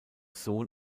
sohn